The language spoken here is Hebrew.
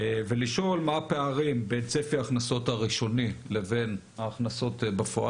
ולשאול מה הפערים בין צפי ההכנסות הראשוני לבין ההכנסות בפועל.